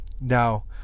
Now